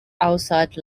outside